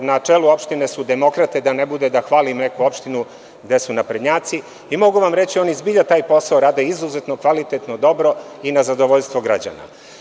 Na čelu opštine su demokrate, da ne bude da hvalim neku opštinu, gde su naprednjaci i mogu vam reći da oni zaista taj posao rade izuzetno kvalitetno dobro i na zadovoljstvo građana.